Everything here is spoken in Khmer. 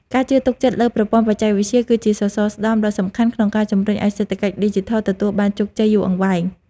ការជឿទុកចិត្តលើប្រព័ន្ធបច្ចេកវិទ្យា គឺជាសសរស្តម្ភដ៏សំខាន់ក្នុងការជំរុញឱ្យសេដ្ឋកិច្ចឌីជីថលទទួលបានជោគជ័យយូរអង្វែង។